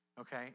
okay